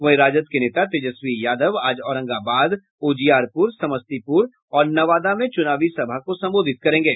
वहीं राजद के नेता तेजस्वी यादव आज औरंगाबाद उजियारपुर समस्तीपुर और नवादा में चुनावी सभा को संबोधित करेंगे